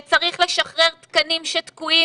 שצריך לשחרר תקנים שתקועים.